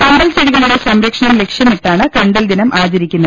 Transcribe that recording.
കണ്ടൽ ചെടികളുടെ സംരക്ഷണം ലക്ഷ്യമിട്ടാണ് കണ്ടൽ ദിനം ആചരിക്കുന്നത്